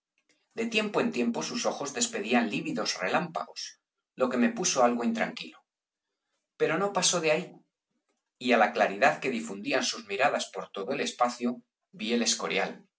de tiempo en tiempo sus ojos despedían lívidos relámpagos lo que me puso algo intranquilo pero no pasó de ahí y á la claridad que difundían sus miradas por todo el espacio vi el escorial